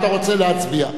אתה רוצה להצביע.